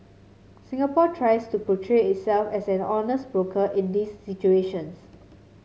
Singapore tries to portray itself as an honest broker in these situations